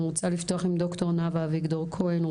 אני מבקשת לפתוח עם ד"ר נאוה אביגדור כהן,